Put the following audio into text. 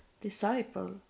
disciple